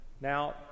Now